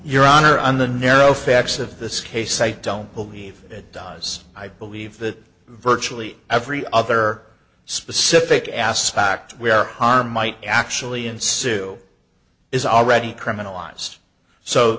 your honor on the narrow facts of this case i don't believe it does i believe that virtually every other specific aspect where harm might actually in sue is already criminalized so